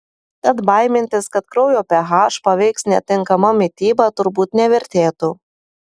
tad baimintis kad kraujo ph paveiks netinkama mityba turbūt nevertėtų